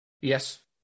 Yes